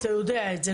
אתה יודע את זה,